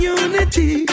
unity